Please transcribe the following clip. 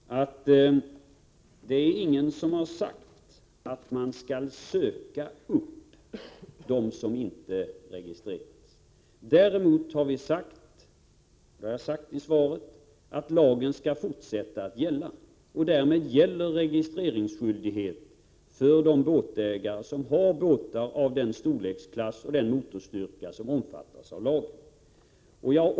Herr talman! Får jag än en gång upprepa att ingen har sagt att man skall söka upp dem som inte registrerar sig. Däremot har jag sagt i svaret att lagen skall fortsätta att gälla. Registreringsskyldigheten gäller därmed för de båtägare som har båtar i den storleksklass och av den motorstyrka som omfattas av lagen.